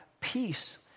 peace